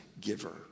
giver